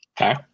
Okay